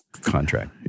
contract